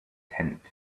tent